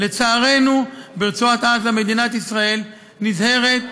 לצערנו, ברצועת עזה מדינת ישראל נזהרת,